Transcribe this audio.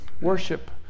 worship